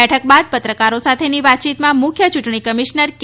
બેઠક બાદ પત્રકારો સાથેની વાતચીતમાં મુખ્ય યૂંટણી કમિશનર કે